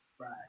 Right